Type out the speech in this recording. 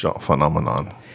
Phenomenon